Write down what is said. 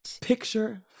Picture